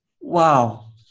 Wow